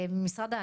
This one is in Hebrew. תודה.